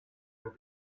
will